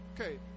Okay